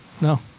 No